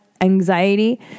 anxiety